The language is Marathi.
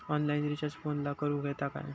ऑनलाइन रिचार्ज फोनला करूक येता काय?